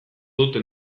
dut